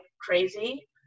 crazy